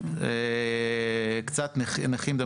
קצת נכים,